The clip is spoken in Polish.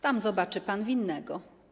Tam zobaczy pan winnego.